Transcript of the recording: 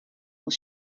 will